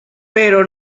pero